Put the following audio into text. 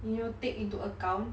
you know take into account